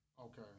Okay